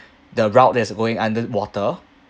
the route that's going underwater